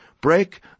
break